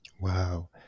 wow